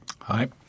Hi